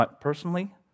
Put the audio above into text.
personally